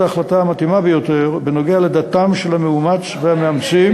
ההחלטה המתאימה ביותר בנוגע לדתם של המאומץ והמאמצים,